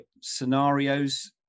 scenarios